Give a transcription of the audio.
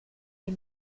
est